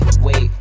wait